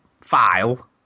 file